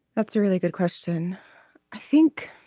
that's a really good question i think